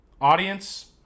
audience